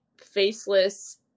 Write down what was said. faceless